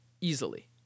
easily